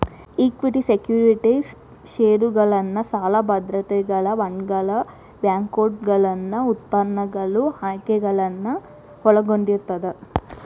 equity securities ಷೇರುಗಳನ್ನ ಸಾಲ ಭದ್ರತೆಗಳ ಬಾಂಡ್ಗಳ ಬ್ಯಾಂಕ್ನೋಟುಗಳನ್ನ ಉತ್ಪನ್ನಗಳು ಆಯ್ಕೆಗಳನ್ನ ಒಳಗೊಂಡಿರ್ತದ